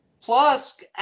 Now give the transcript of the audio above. plus